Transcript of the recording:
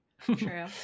True